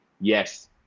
yes